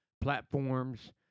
platforms